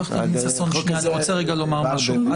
עורכת הדין ששון, שנייה, אני רוצה לומר משהו.